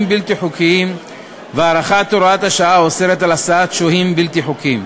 בלתי חוקיים והארכת הוראת השעה האוסרת הסעת שוהים בלתי חוקיים.